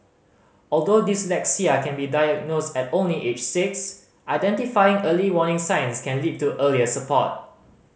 although dyslexia can be diagnosed only at age six identifying early warning signs can lead to earlier support